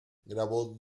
grabó